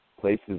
places